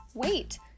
Wait